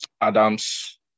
Adam's